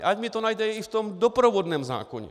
Ať mně to najde i v tom doprovodném zákoně.